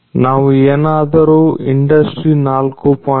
ನಾವು ಏನಾದರೂ ಇಂಡಸ್ಟ್ರಿ4